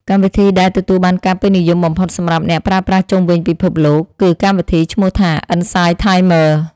កម្មវិធីដែលទទួលបានការពេញនិយមបំផុតសម្រាប់អ្នកប្រើប្រាស់ជុំវិញពិភពលោកគឺកម្មវិធីឈ្មោះថា អ៊ិនសាយ ថាយមឺរ។